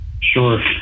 Sure